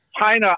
China